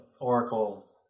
Oracle